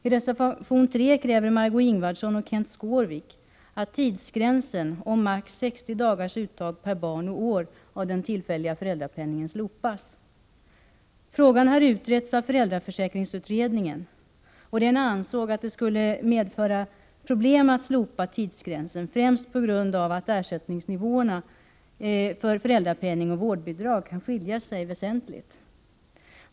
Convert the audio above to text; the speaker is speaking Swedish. I reservation 3 kräver Margö Ingvardsson och Kenth Skårvik att tidsgränsen om maximalt 60 dagars uttag per barn och år av den tillfälliga föräldrapenningen slopas. Frågan har utretts av föräldraförsäkringsutredningen, som ansåg att det skulle medföra problem att slopa tidsgränsen, främst på grund av att ersättningsnivåerna för föräldrapenning och vårdbidrag kan skilja sig väsentligt.